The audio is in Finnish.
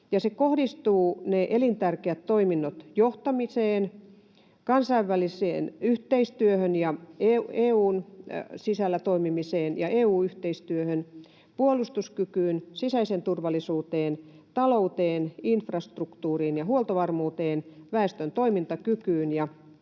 Ja ne elintärkeät toiminnot kohdistuvat johtamiseen, kansainväliseen yhteistyöhön ja EU:n sisällä toimimiseen ja EU-yhteistyöhön, puolustuskykyyn, sisäiseen turvallisuuteen, talouteen, infrastruktuuriin ja huoltovarmuuteen, väestön toimintakykyyn ja